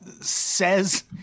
says